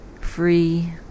Free